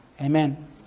Amen